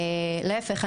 להפך,